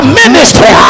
ministry